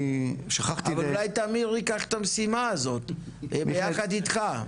אבל אולי תמיר ייקח את המשימה הזאת ביחד איתך?